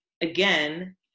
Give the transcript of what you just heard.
again